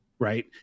Right